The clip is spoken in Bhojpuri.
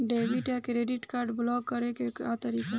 डेबिट या क्रेडिट कार्ड ब्लाक करे के का तरीका ह?